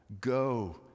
go